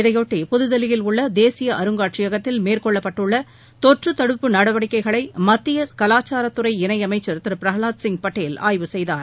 இதையொட்டி புதுதில்லியில் உள்ள தேசிய அருங்காட்சியகத்தில் மேற்கொள்ளப்பட்டுள்ள தொற்று தடுப்பு நடவடிக்கைகளை மத்திய கலாச்சாரத்துறை இணையமைச்சர் திரு பிரகலாத் சிங் பட்டோல் ஆய்வு செய்கார்